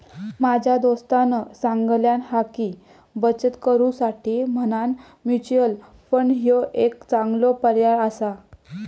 माझ्या दोस्तानं सांगल्यान हा की, बचत करुसाठी म्हणान म्युच्युअल फंड ह्यो एक चांगलो पर्याय आसा